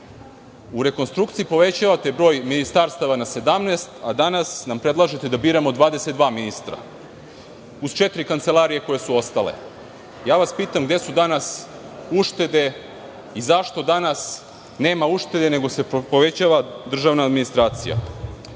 U rekonstrukciji povećavate broj ministarstava na 17, a danas nam predlažete da biramo 22 ministra, uz četiri kancelarije koje su ostale. Pitam vas gde su danas uštede i zašto danas nema uštede, nego se povećava državna administracija? Ono